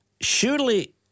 Surely